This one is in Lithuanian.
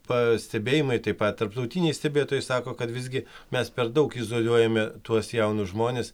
pastebėjimai taip pat tarptautiniai stebėtojai sako kad visgi mes per daug izoliuojame tuos jaunus žmones